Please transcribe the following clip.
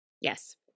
Yes